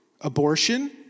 abortion